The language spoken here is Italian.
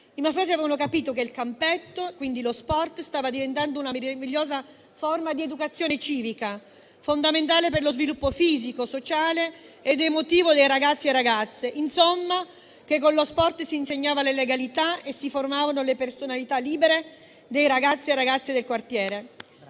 I mafiosi avevano capito che il campetto, quindi lo sport, stava diventando una meravigliosa forma di educazione civica, fondamentale per lo sviluppo fisico, sociale ed emotivo dei ragazzi e delle ragazze, che con lo sport si insegnava la legalità e si formavano le personalità libere dei ragazzi e delle ragazze del quartiere.